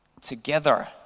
together